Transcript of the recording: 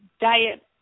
diet